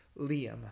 Liam